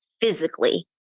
physically